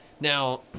Now